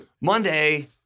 Monday